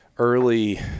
Early